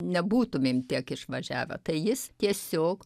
nebūtumėm tiek išvažiavę tai jis tiesiog